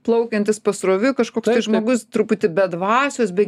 plaukiantis pasroviui kažkoks tai žmogus truputį be dvasios be